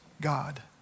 God